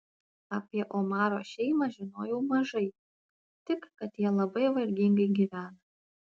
apie omaro šeimą žinojau mažai tik kad jie labai vargingai gyvena